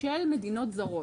של מדינות זרות.